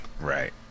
Right